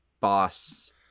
boss